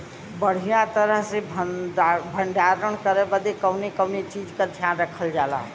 बढ़ियां तरह से भण्डारण करे बदे कवने कवने चीज़ को ध्यान रखल जा?